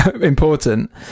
important